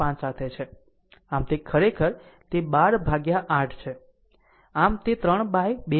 આમ તે ખરેખર છે તે 12 બાય 8 છે આમ તે 3 બાય 2